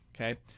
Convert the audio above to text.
okay